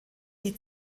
die